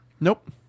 Nope